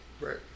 Right